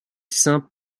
saint